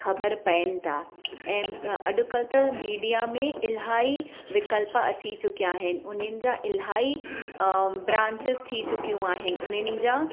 ख़बरु पवनि था ऐं अॼुकल्ह त मीडिया में इलाही विकल्प अची चुकिया आहिनि उन्हनि जा इलाही ब्रांचिस थी चुकियूं आहिनि उन्हनि जा